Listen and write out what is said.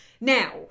Now